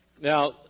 Now